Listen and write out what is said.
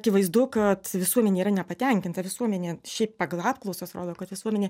akivaizdu kad visuomenė yra nepatenkinta visuomenė šiaip pagal apklausas rodo kad visuomenė